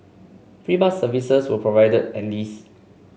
free bus services were provided at least